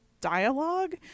dialogue